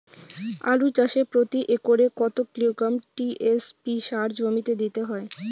আলু চাষে প্রতি একরে কত কিলোগ্রাম টি.এস.পি সার জমিতে দিতে হয়?